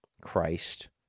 Christ